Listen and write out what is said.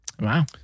Wow